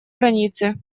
границы